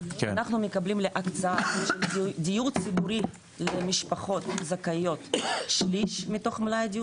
אנחנו מקבלים להקצאה של דיור ציבורי למשפחות זכאיות שליש מתוך מלא הדיור